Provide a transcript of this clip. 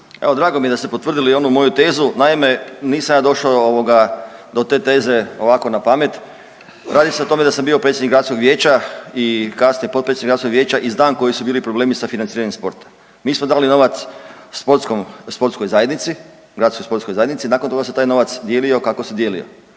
drago mi je da ste potvrdili onu moju tezu. Naime, nisam ja došao ovoga do te teze ovako na pamet. Radi se o tome da sam bio predsjednik gradskog vijeća i kasnije potpredsjednik gradskog vijeća i znam koji su bili problemi sa financiranjem sporta. Mi smo dali novac sportskoj zajednici, gradskoj sportskoj zajednici. Nakon toga se taj novac dijelio kako se dijelio.